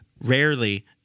rarely